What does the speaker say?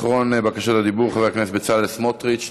אחרון בבקשות הדיבור, חבר הכנסת בצלאל סמוטריץ.